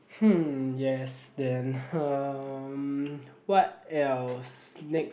hmm yes then hmm what else next